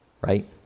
right